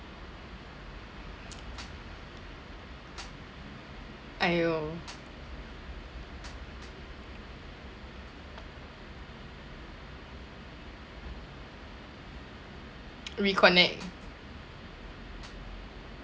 !aiyo! reconnect